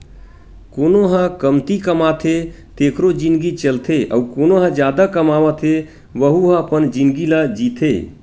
कोनो ह कमती कमाथे तेखरो जिनगी चलथे अउ कोना ह जादा कमावत हे वहूँ ह अपन जिनगी ल जीथे